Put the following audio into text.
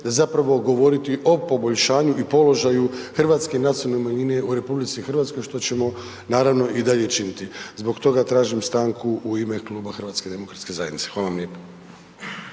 zapravo govoriti o poboljšanju i položaju hrvatske nacionalne manjine u RH, što ćemo naravno i dalje činiti, zbog toga tražim stanku u ime kluba HDZ-a. Hvala vam lijepa.